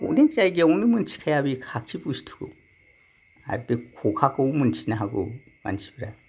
अनेक जायगायाव मोनथिखाया बे खाखि बुस्थुखौ आरो बे खखाखौ मोन्थिनो हागौ मानसिफ्रा